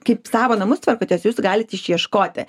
kaip savo namus tvarkotės jūs galit išieškoti